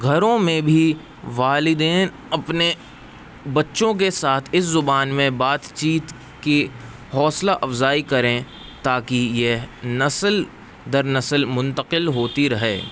گھروں میں بھی والدین اپنے بچوں کے ساتھ اس زبان میں بات چیت کی حوصلہ افزائی کریں تاکہ یہ نسل در نسل منتقل ہوتی رہے